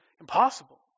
impossible